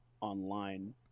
online